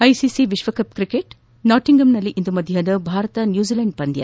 ICC ವಿಶ್ವಕಪ್ cricket ನಾಟಿಂಗಮ್ನಲ್ಲಿ ಇಂದು ಮಧ್ಯಾಹ್ನ ಭಾರತ ನ್ಯೂಜಿಲೆಂಡ್ ಪಂದ್ಯ